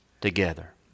together